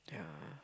yeah